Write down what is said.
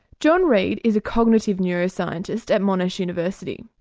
john reid is a cognitive neuroscientist at monash university.